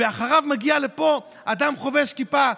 ואחריו מגיע לפה אדם חובש כיפה,